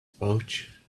pouch